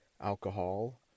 alcohol